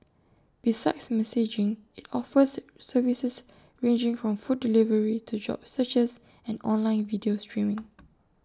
besides messaging IT offers services ranging from food delivery to job searches and online video streaming